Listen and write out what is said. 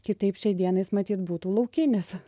kitaipį šiai dienai jis matyt būtų laukinis